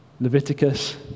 Leviticus